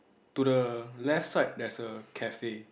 to the left side there's a cafe